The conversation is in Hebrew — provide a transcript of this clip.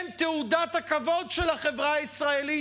הם תעודת כבוד של החברה הישראלית,